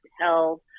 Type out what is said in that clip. held